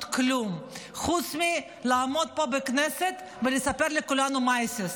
כלום חוץ מלעמוד פה בכנסת ולספר לכולנו מעשה'ס.